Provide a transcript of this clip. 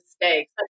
mistakes